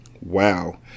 Wow